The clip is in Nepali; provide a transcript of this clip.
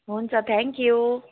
हुन्छ थ्याङ्क यु